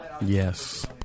yes